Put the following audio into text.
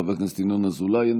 חבר הכנסת ינון אזולאי,